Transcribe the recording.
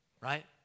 right